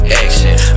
action